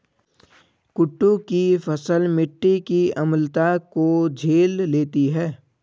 कुट्टू की फसल मिट्टी की अम्लता को झेल लेती है